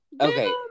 okay